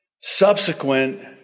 subsequent